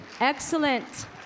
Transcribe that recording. excellent